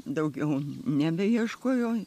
daugiau nebeieškojau